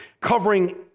covering